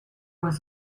was